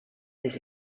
des